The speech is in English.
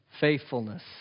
Faithfulness